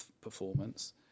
performance